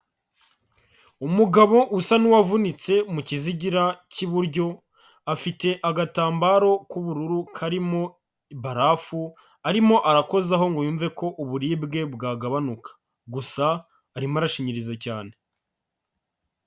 Umugabo usa n'uwavunitse mu kizigira k'iburyo, afite agatambaro k'ubururu karimo barafu arimo arakoho ngo yumve ko uburibwe bwagabanuka, gusa arimo arashinyiriza cyane.